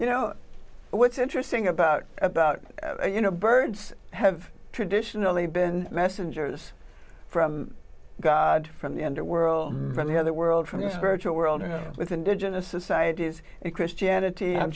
you know what's interesting about about you know birds have traditionally been messengers from god from the underworld from the other world from this virtual world with indigenous societies and christianity